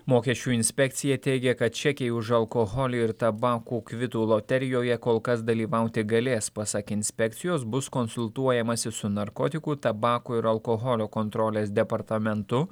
mokesčių inspekcija teigia kad čekiai už alkoholio ir tabako kvitų loterijoje kol kas dalyvauti galės pasak inspekcijos bus konsultuojamasi su narkotikų tabako ir alkoholio kontrolės departamentu